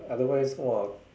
otherwise !wah!